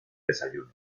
desayuno